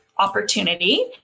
opportunity